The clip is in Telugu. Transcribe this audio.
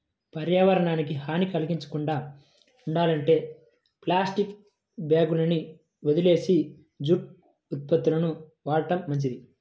పర్యావరణానికి హాని కల్గించకుండా ఉండాలంటే ప్లాస్టిక్ బ్యాగులని వదిలేసి జూటు ఉత్పత్తులను వాడటం మంచిది